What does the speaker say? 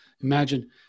imagine